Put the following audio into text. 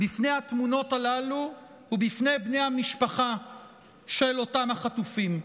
בפני התמונות הללו ובפני בני המשפחה של אותם החטופים.